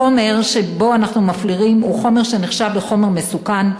החומר שבו אנחנו מפלירים נחשב חומר מסוכן,